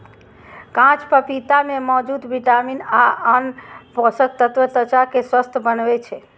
कांच पपीता मे मौजूद विटामिन आ आन पोषक तत्व त्वचा कें स्वस्थ बनबै छै